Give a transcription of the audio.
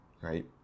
right